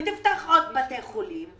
ותפתח עוד בתי חולים,